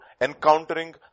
encountering